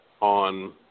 on